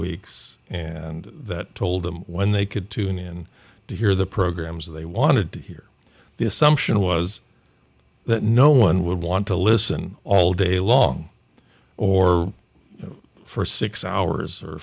weeks and that told them when they could tune in to hear the programmes they wanted to hear the assumption was that no one would want to listen all day long or for six hours or